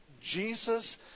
Jesus